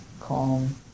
calm